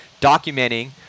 documenting